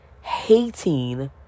hating